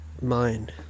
Mind